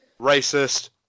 Racist